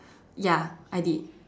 ya I did